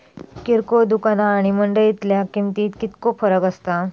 किरकोळ दुकाना आणि मंडळीतल्या किमतीत कितको फरक असता?